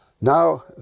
Now